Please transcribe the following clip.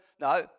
No